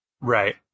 Right